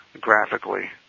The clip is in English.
graphically